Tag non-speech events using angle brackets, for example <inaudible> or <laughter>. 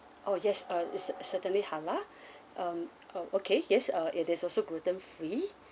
oh yes uh it's cer~ certainly halal <breath> um uh okay yes uh it is also gluten free